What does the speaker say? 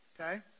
Okay